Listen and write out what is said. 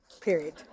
Period